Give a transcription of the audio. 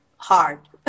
Hard